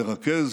לרכז